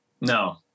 No